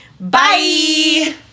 Bye